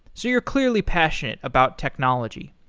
so you're clearly passionate about technology.